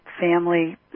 family